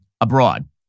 abroad